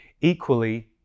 Equally